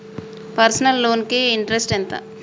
Personal loan కి interest ఎంత?